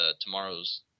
tomorrow's